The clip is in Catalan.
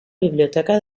biblioteca